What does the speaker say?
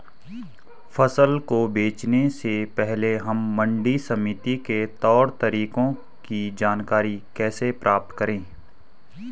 फसल को बेचने से पहले हम मंडी समिति के तौर तरीकों की जानकारी कैसे प्राप्त करें?